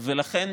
ולכן,